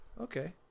Okay